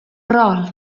roll